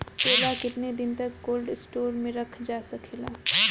केला केतना दिन तक कोल्ड स्टोरेज में रखल जा सकेला?